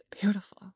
Beautiful